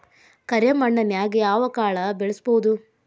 ಕರೆ ಮಣ್ಣನ್ಯಾಗ್ ಯಾವ ಕಾಳ ಬೆಳ್ಸಬೋದು?